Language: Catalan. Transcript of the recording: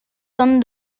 són